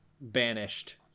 banished